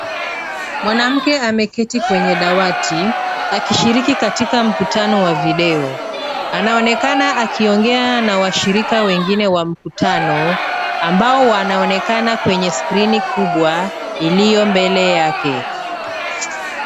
Mwanamke ameketi kwenye dawati akishiriki katika mkutano wa video. Anaonekana akiongea na washirika wengine wa mkutano ambao wanaonekana kwenye skrini kubwa iliyo mbele yake.